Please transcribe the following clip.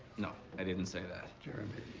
no, i didn't say that. jeremy.